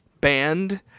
band